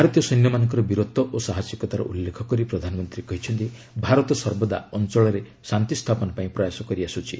ଭାରତୀୟ ସୈନ୍ୟମାନଙ୍କର ବୀରତ୍ୱ ଓ ସାହସିକତାର ଉଲ୍ଲେଖକରି ପ୍ରଧାନମନ୍ତ୍ରୀ କହିଛନ୍ତି ଭାରତ ସର୍ବଦା ଅଞ୍ଚଳରେ ଶାନ୍ତି ସ୍ଥାପନ ପାଇଁ ପ୍ରୟାସ କରିଆସୁଛି